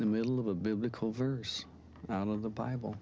in the middle of a biblical verse out of the bible